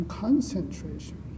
concentration